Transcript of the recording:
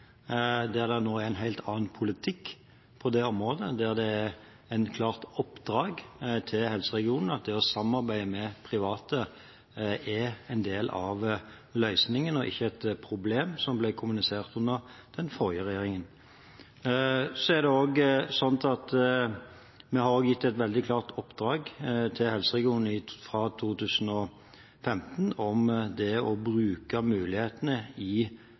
der det nå er en helt annen politikk på det området, der det er et klart oppdrag til helseregionen om at det å samarbeide med private er en del av løsningen og ikke et problem, som ble kommunisert under den forrige regjeringen. Vi ga også i 2015 et veldig klart oppdrag til helseregionene om å bruke mulighetene i